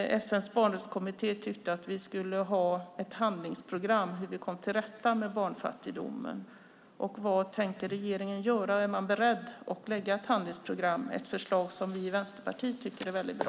FN:s barnrättskommitté tyckte att vi skulle ha ett handlingsprogram för hur vi ska komma till rätta med barnfattigdomen. Vad tänker regeringen göra? Är man beredd att lägga fram ett handlingsprogram? Det är ett förslag som vi i Vänsterpartiet tycker är väldigt bra.